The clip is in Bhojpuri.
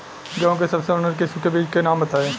गेहूं के सबसे उन्नत किस्म के बिज के नाम बताई?